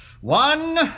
one